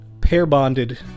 pair-bonded